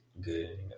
good